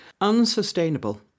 Unsustainable